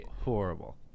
horrible